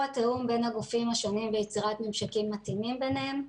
התיאום בין הגופים השונים ויצירת ממשקים מתאימים ביניהם,